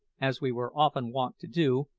as we were often wont to do,